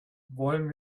wollen